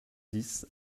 dix